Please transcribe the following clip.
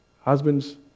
husbands